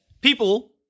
people